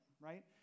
right